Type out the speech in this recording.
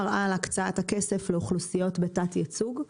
על הקצאת הכסף לאוכלוסיות בתת ייצוג,